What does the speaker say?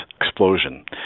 explosion